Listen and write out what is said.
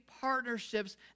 partnerships